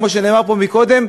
כמו שנאמר פה קודם,